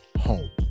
home